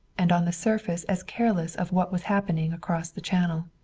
and on the surface as careless of what was happening across the channel.